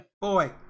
boy